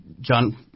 John